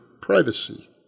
privacy